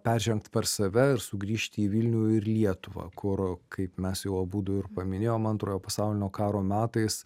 peržengt per save ir sugrįžti į vilnių ir lietuvą kur kaip mes jau abudu ir paminėjom antrojo pasaulinio karo metais